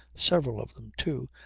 several of them too,